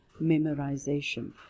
memorization